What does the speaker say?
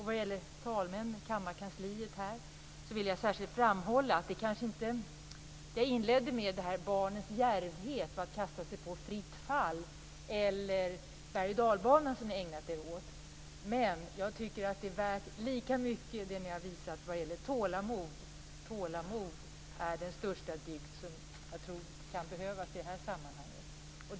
Jag inledde med att tala om barnens djärvhet att kasta sig på fritt fall eller berg och dalbanan. Det är kanske inte det som talmännen och kammarkansliet har ägnat sig åt, men jag tycker att det tålamod ni har visat är värt lika mycket. Tålamod är en stor dygd som jag tror kan behövas i det här sammanhanget.